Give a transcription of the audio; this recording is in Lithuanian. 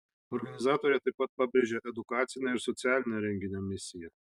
organizatorė taip pat pabrėžia edukacinę ir socialinę renginio misiją